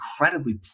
incredibly